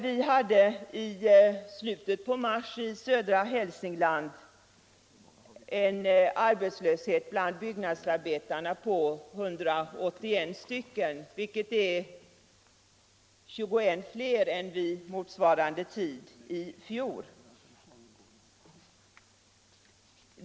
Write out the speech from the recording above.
Vi hade i slutet av mars i södra Hälsingland en arbetslöshet bland byggnadsarbetarna på 181 stycken, vilket är 21 fler än vid motsvarande tidpunkt i fjol.